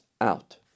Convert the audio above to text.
out